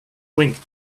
winked